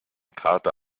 kater